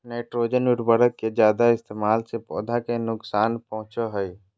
nitrogen उर्वरक के जादे इस्तेमाल से पौधा के नुकसान पहुंचो हय